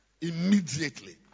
immediately